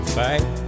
fight